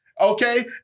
okay